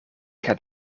gaat